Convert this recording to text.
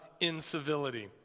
incivility